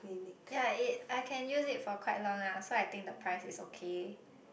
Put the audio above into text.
yea it I can use it for quite long lah so I think the price is okay